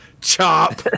chop